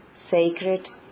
Sacred